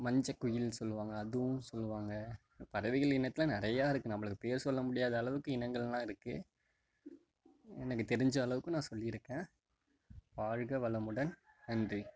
மஞ்சக்குயில்ன்னு சொல்லுவாங்க அதுவும் சொல்லுவாங்க பறவைகள் இனத்தில் நிறையா இருக்கு நம்பளுக்கு பேர் சொல்ல முடியாத அளவுக்கு இனங்கள்லாம் இருக்கு எனக்கு தெரிஞ்ச அளவுக்கு நான் சொல்லியிருக்கேன் வாழ்க வளமுடன் நன்றி